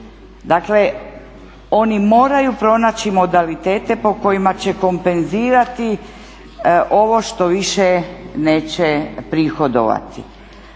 Dakle, oni moraju pronaći modalitete po kojima će kompenzirati ovo što više neće prihodovati.